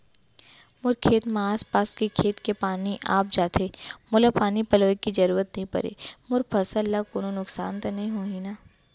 मोर खेत म आसपास के खेत के पानी आप जाथे, मोला पानी पलोय के जरूरत नई परे, मोर फसल ल कोनो नुकसान त नई होही न?